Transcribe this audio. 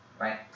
Right